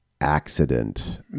accident